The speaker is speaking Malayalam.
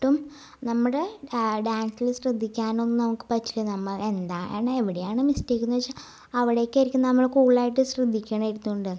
നമ്മുടെ ഡാ ഡാൻസില് ശ്രദ്ധിക്കാനൊന്നും നമുക്ക് പറ്റിയിരുന്നില്ല നമ്മള് എന്താണ് എവിടെയാണ് മിസ്റ്റേക്കെന്ന് വെച്ചാൽ അവിടെ ഒക്കെയായിരിക്കും നമ്മള് കൂളായിട്ട് ശ്രദ്ധിക്കുന്നത് ഇരുന്നോണ്ട്